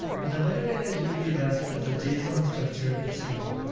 and the metadata is usually passed as a json structured string.